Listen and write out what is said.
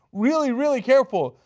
really really careful.